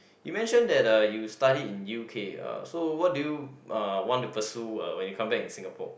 you mention that uh you study in U_K uh so what do you uh want to pursue uh when you come back in Singapore